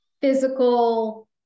physical